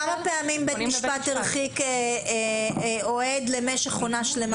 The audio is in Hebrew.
כמה פעמים בית משפט הרחיק אוהד למשך עונה שלימה?